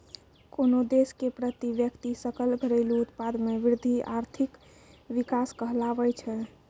कोन्हो देश के प्रति व्यक्ति सकल घरेलू उत्पाद मे वृद्धि आर्थिक विकास कहलाबै छै